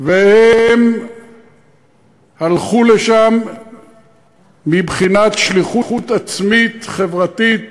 והם הלכו לשם מבחינתם בשליחות עצמית, חברתית,